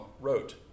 wrote